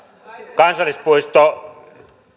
kansallispuisto